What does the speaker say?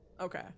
Okay